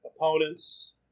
opponents